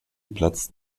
platz